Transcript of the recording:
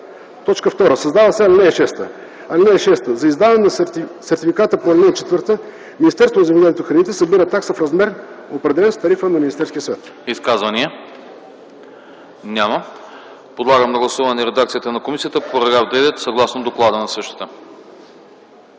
2. Създава се ал. 6: „(6) За издаване на сертификата по ал. 4 Министерството на земеделието и храните събира такса в размер, определен с тарифа на Министерския съвет.”